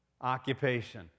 occupation